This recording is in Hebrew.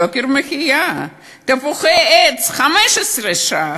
יוקר מחיה, תפוחי עץ, 15 ש"ח,